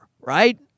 right